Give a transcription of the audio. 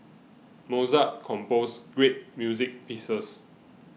Mozart composed great music pieces